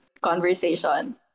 conversation